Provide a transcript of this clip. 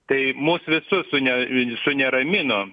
tai mus visus ne vienišu suneramino